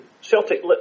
Celtic